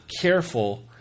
careful